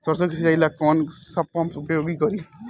सरसो के सिंचाई ला कौन सा पंप उपयोग करी?